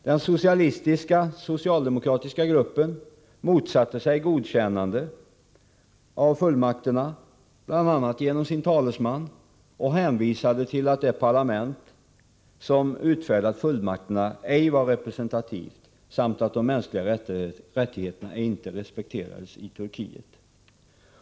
Den socialistiska och socialdemokratiska gruppen motsatte sig godkännande av fullmakterna, bl.a. genom sin talesman, och hänvisade till att det parlament som utfärdat fullmakterna ej var representativt samt till att de mänskliga rättigheterna inte respekterades i Turkiet.